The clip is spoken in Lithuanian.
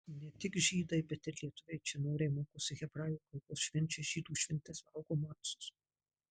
ne tik žydai bet ir lietuviai čia noriai mokosi hebrajų kalbos švenčia žydų šventes valgo macus